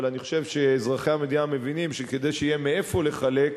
אבל אני חושב שאזרחי המדינה מבינים שכדי שיהיה מאיפה לחלק,